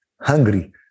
hungry